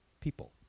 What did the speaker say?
people